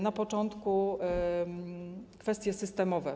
Na początku kwestie systemowe.